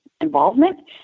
involvement